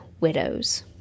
widows